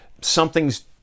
something's